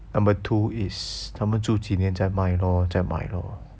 number two is 他们住几年再卖 lor 再买 lor